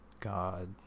God